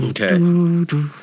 Okay